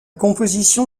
composition